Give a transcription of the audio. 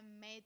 made